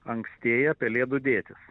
ankstėja pelėdų dėtis